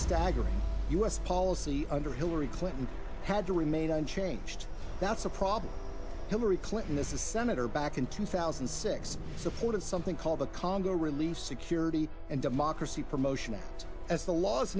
staggering u s policy under hillary clinton had to remain unchanged that's a problem hillary clinton the senator back in two thousand and six supported something called the congo relief security and democracy promotion act as the last